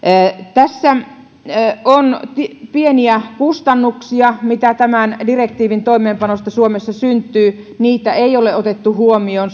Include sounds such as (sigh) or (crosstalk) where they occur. tässä on pieniä kustannuksia mitä tämän direktiivin toimeenpanosta suomessa syntyy niitä ei ole nyt otettu huomioon (unintelligible)